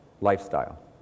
lifestyle